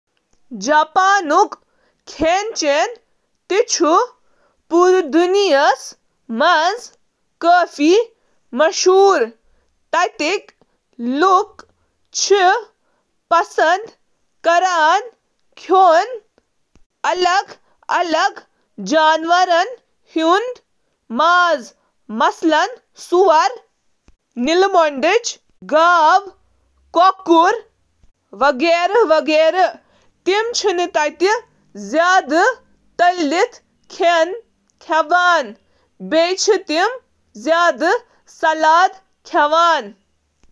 جاپٲنۍ کھٮ۪ن چھُ رنٛنُک اکھ منفرد تہٕ متنوع انداز یُس تازٕ، موسمی اجزاء، نازک ذائق، تہٕ خوبصورت پیشکشَس پٮ۪ٹھ زور دِنہٕ خٲطرٕ زاننہٕ چھُ یِوان۔